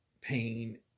pain